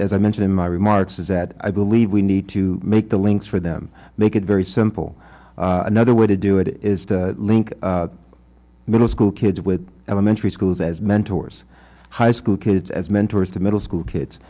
as i mentioned in my remarks is that i believe we need to make the links for them make it very simple another way to do it is to link middle school kids with elementary schools as mentors high school kids as mentors to middle school kids